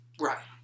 Right